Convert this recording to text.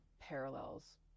parallels